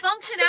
functionality